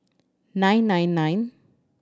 nine nine nine